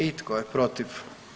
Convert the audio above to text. I tko je protiv?